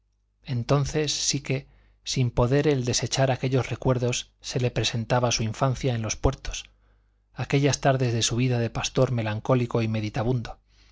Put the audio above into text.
entonces sí que sin poder él desechar aquellos recuerdos se le presentaba su infancia en los puertos aquellas tardes de su vida de pastor melancólico y